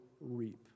reap